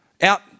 out